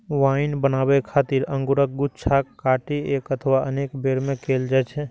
wine बनाबै खातिर अंगूरक गुच्छाक कटाइ एक अथवा अनेक बेर मे कैल जाइ छै